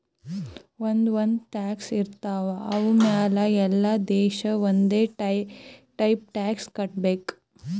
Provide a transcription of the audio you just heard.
ಒಂದ್ ಒಂದ್ ಟ್ಯಾಕ್ಸ್ ಇರ್ತಾವ್ ಅವು ಮ್ಯಾಲ ಎಲ್ಲಾ ದೇಶ ಒಂದೆ ಟೈಪ್ ಟ್ಯಾಕ್ಸ್ ಕಟ್ಟಬೇಕ್